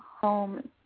home